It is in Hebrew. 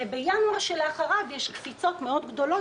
ובינואר שלאחריו יש קפיצות גדולות מאוד,